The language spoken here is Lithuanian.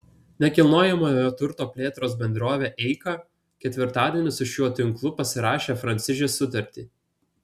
nekilnojamojo turto plėtros bendrovė eika ketvirtadienį su šiuo tinklu pasirašė franšizės sutartį